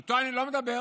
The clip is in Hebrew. איתו אני לא מדבר.